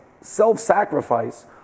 self-sacrifice